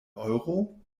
euro